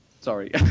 Sorry